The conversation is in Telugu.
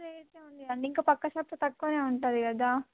అయితే ఉందిండి ఇంకా పక్క షాప్లో తక్కువనే ఉంటుంది కదా